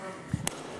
לא שומעים.